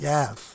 Yes